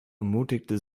ermutigte